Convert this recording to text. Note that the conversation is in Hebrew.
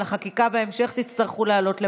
על החקיקה בהמשך, תצטרכו לעלות למעלה.